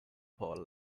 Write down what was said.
power